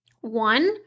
One